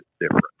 different